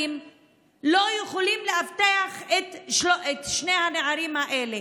לא יכולות לאבטח את שני הנערים האלה?